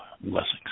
Blessings